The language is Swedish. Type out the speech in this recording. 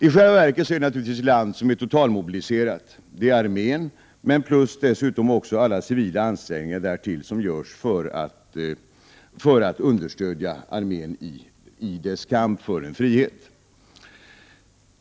I själva verket är det naturligtvis ett land som är totalmobiliserat. Man har armén och dessutom alla civila ansträngningar som görs för att understödja armén i dess kamp för frihet.